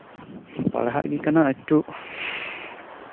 ᱯᱟᱲᱦᱟᱜ ᱜᱮ ᱠᱟᱱᱟ ᱮᱠᱴᱩ